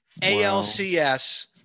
ALCS